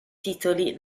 titoli